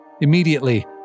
Immediately